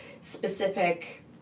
specific